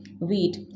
wheat